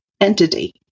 entity